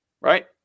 right